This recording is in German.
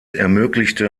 ermöglichte